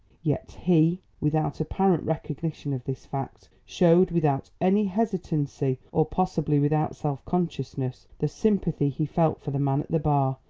yet he, without apparent recognition of this fact, showed without any hesitancy or possibly without self-consciousness, the sympathy he felt for the man at the bar,